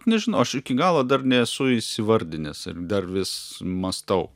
nežinau aš iki galo dar nesu įsivardinęs ir dar vis mąstau